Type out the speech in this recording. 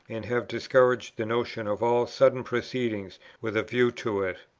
and have discouraged the notion of all sudden proceedings with a view to it.